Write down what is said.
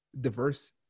diverse